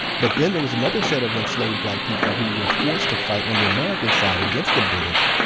but then there was another set of enslaved black people who were forced to fight on the american side against the british,